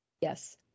Yes